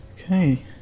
okay